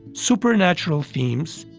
supernatural themes,